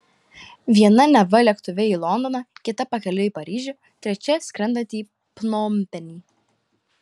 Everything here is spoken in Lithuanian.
viena neva lėktuve į londoną kita pakeliui į paryžių trečia skrendantį į pnompenį